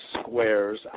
squares